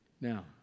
Now